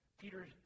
Peter